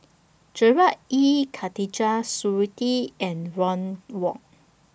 Gerard Ee Khatijah Surattee and Ron Wong